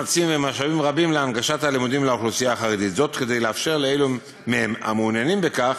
הזה, כדי לאפשר לאלו מהם המעוניינים בכך